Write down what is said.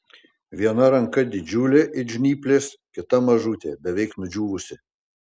viena ranka didžiulė it žnyplės kita mažutė beveik nudžiūvusi